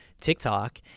TikTok